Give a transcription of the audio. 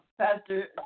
Pastor